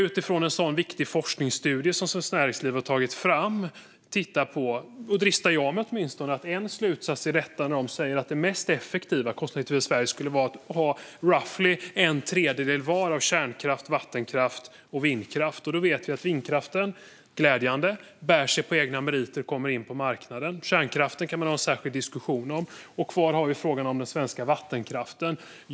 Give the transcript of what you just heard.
Utifrån en så viktig forskningsstudie som Svenskt Näringsliv har tagit fram dristar jag mig åtminstone till att säga att en slutsats är rätt, nämligen att det mest kostnadseffektiva för Sverige skulle vara att ha ungefär en tredjedel var av kärnkraft, vattenkraft och vindkraft. Då vet vi att vindkraften, glädjande, bär sig på egna meriter och kommer in på marknaden. Kärnkraften kan man ha en särskild diskussion om. Kvar har vi frågan om den svenska vattenkraften.